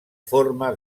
forma